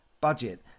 budget